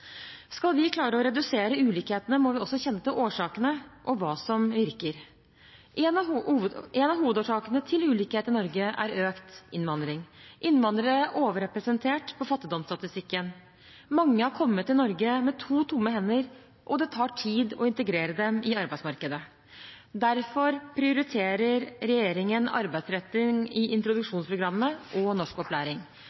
Skal vi klare å redusere ulikhetene, må vi også kjenne til årsakene, og hva som virker. En av hovedårsakene til ulikhet i Norge er økt innvandring. Innvandrere er overrepresentert på fattigdomsstatistikken. Mange har kommet til Norge med to tomme hender, og det tar tid å integrere dem i arbeidsmarkedet. Derfor prioriterer regjeringen arbeidsretting i